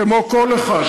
כמו כל אחד.